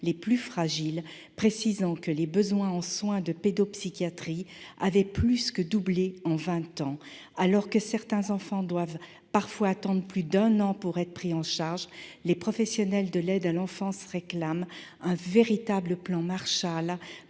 les plus fragiles, précisant que les besoins en soins de pédopsychiatrie avaient plus que doublé en vingt ans. Alors que certains enfants doivent parfois attendre plus d'un an pour être pris en charge, les professionnels de l'aide à l'enfance réclament un véritable « plan Marshall